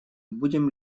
будем